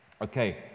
Okay